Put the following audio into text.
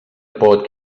pot